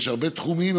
יש הרבה תחומים,